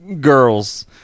girls